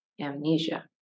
amnesia